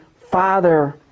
Father